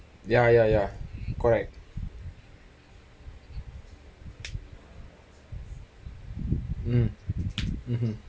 ya ya ya correct um mmhmm